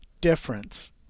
difference